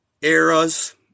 eras